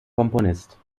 komponist